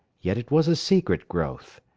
yet it was a secret growth.